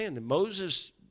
Moses